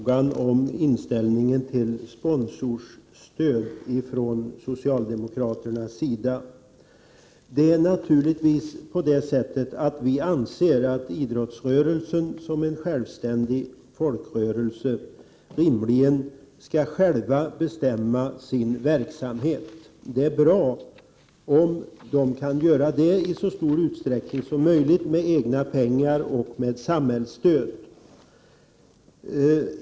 Herr talman! Lars-Ove Hagberg ställer frågan om socialdemokraternas inställning till stöd genom sponsring. Vi anser naturligtvis att idrottsrörelsen som en självständig folkrörelse rimligen skall bestämma över sin verksamhet. Det är bra om idrottsrörelsen kan göra det i så stor utsträckning som möjligt med egna pengar och med samhällsstöd.